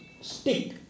stick